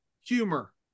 humor